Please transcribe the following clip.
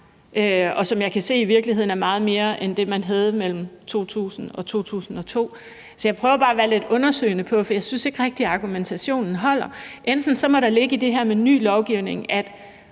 i virkeligheden er meget mere end det, man havde mellem 2000 og 2002. Så jeg prøver bare at være lidt undersøgende i forhold til det, for jeg synes ikke rigtig, at argumentationen holder. Enten må der ligge i det her med, at det er ny lovgivning, at